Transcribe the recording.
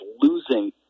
losing